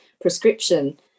prescription